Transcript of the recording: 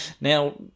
now